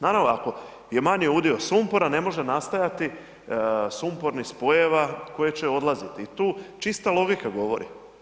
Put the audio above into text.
Naravno ako je manji udio sumpora, ne može nastajati sumpornih spojeva koji će odlaziti i tu čista logika govori.